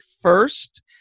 first